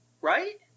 right